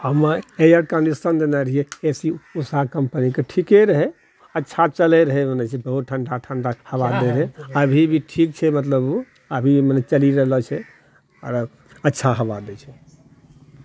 हमे air conditioner लेने रहिऐ ए सी उषा कम्पनीके ठीके रहए अच्छा चलए रहए हुने बहुत ठण्डा ठण्डा हवा दए रहए अभी भी ठीक छै मतलब ओ अभी चली रहलो छै हमे आओर अच्छा हवा दए छै